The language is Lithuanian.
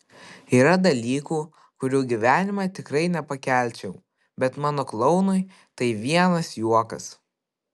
yra dalykų kurių gyvenime tikrai nepakelčiau bet mano klounui tai vienas juokas